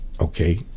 okay